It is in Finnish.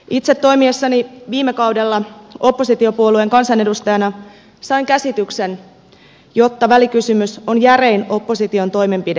itse toimiessani viime kaudella oppositiopuolueen kansanedustajana sain käsityksen että välikysymys on järein opposition toimenpide